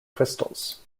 crystals